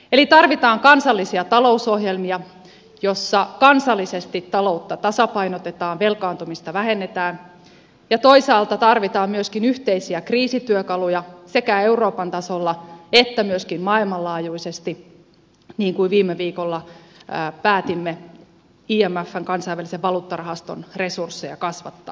eli tarvitaan kansallisia talousohjelmia joissa kansallisesti taloutta tasapainotetaan velkaantumista vähennetään ja toisaalta tarvitaan myöskin yhteisiä kriisityökaluja sekä euroopan tasolla että myöskin maailmanlaajuisesti niin kuin viime viikolla päätimme imfn kansainvälisen valuuttarahaston resursseja kasvattaa